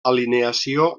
alineació